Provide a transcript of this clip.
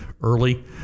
early